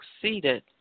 succeeded